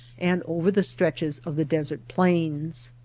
and over the stretches of the desert plains?